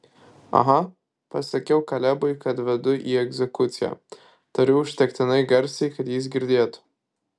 aha pasakiau kalebui kad vedu į egzekuciją tariu užtektinai garsiai kad jis girdėtų